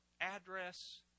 address